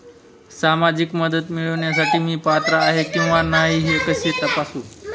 सामाजिक मदत मिळविण्यासाठी मी पात्र आहे किंवा नाही हे कसे तपासू?